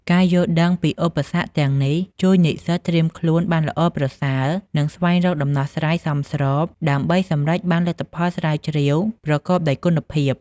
ការយល់ដឹងពីឧបសគ្គទាំងនេះអាចជួយនិស្សិតត្រៀមខ្លួនបានល្អប្រសើរ និងស្វែងរកដំណោះស្រាយសមស្របដើម្បីសម្រេចបានលទ្ធផលស្រាវជ្រាវប្រកបដោយគុណភាព។